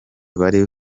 bari